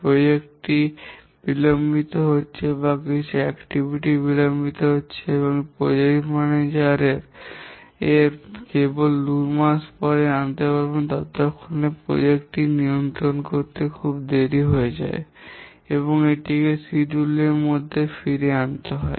প্রকল্প টি বিলম্বিত হচ্ছে বা কিছু কার্যক্রম বিলম্বিত হচ্ছে এই প্রকল্প ম্যানেজার কেবল 2 মাস পরে জানতে পারবেন এবং ততক্ষণে প্রকল্প টি নিয়ন্ত্রণ করতে খুব দেরি হবে এবং এটিকে সময়সূচী এর মধ্যে ফিরিয়ে আনতে হবে